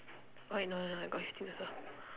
oh wait no no I got fifteen also